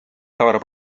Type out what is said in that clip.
haarab